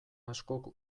askok